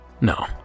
No